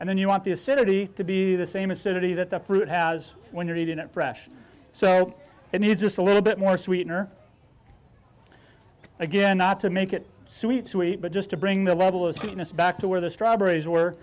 and then you want the acidity to be the same acidity that the fruit has when you're eating it fresh so it needs just a little bit more sweetener again not to make it sweet sweet but just to bring the level of fitness back to where the strawberries were